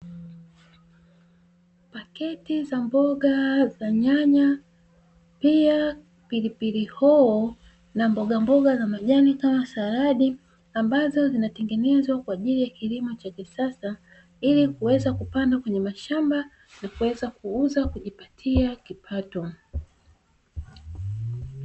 Paketi za mboga za nyanya, pia pilipili hoho na mbogamboga za majani kama saladi, ambazo zinatengenezwa kwa ajili ya kilimo cha kisasa ili kuweza kupandwa kwenye mashamba na kuweza kuuzwa kujipatia kipato.